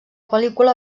pel·lícula